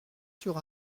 sur